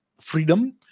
freedom